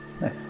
nice